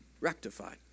rectified